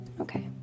Okay